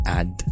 add